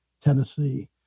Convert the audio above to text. Tennessee